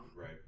Right